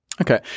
Okay